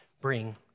bring